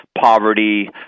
poverty